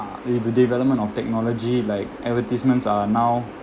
the development of technology like advertisements are now